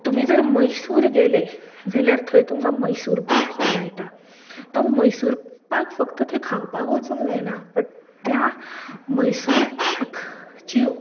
तुमी जर मैसूर गेले जाल्यार थंय तुमकां मैसूर पाक हो मेळटा तो मैसूर पाक फक्त थंय खावपाक वचूंक जायना बट त्या मैसूर पाकाची